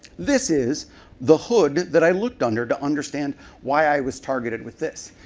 this is the hood that i looked under to understand why i was targeted with this.